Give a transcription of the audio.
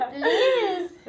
please